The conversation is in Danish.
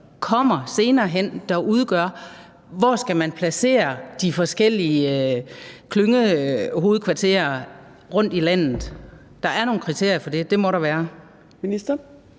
kommer senere hen, for, hvor man skal placere de forskellige klyngehovedkvarterer rundt i landet. Der er nogle kriterier for det – det må der være.